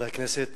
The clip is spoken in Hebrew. חברי הכנסת,